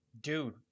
Dude